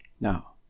Now